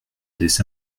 des